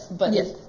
Yes